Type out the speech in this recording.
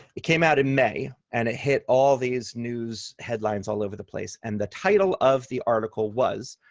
it came out in may, and it hit all these news headlines all over the place. and the title of the article was,